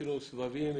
עשינו סבבים,